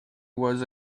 was